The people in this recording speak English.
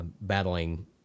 Battling